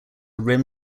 rim